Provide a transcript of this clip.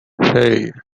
hey